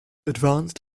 advanced